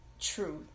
truth